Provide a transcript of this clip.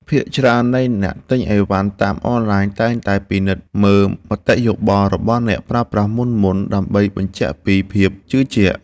ភាគច្រើននៃអ្នកទិញឥវ៉ាន់តាមអនឡាញតែងតែពិនិត្យមើលមតិយោបល់របស់អ្នកប្រើប្រាស់មុនៗដើម្បីបញ្ជាក់ពីភាពជឿជាក់។